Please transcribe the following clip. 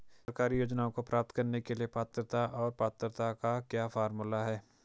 सरकारी योजनाओं को प्राप्त करने के लिए पात्रता और पात्रता का क्या फार्मूला है?